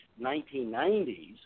1990s